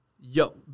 yo